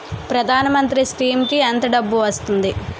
ప్రధాన మంత్రి స్కీమ్స్ కీ ఎంత డబ్బు వస్తుంది?